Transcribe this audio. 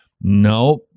No